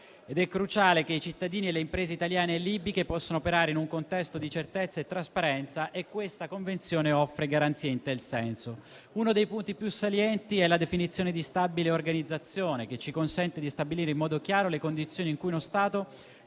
cruciale che i cittadini e le imprese italiane e libiche possano operare in un contesto di certezza e trasparenza e questa convenzione offre garanzie in tal senso. Uno dei punti più salienti è la definizione di stabile organizzazione, che ci consente di stabilire in modo chiaro le condizioni in cui uno Stato